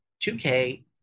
2k